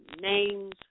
names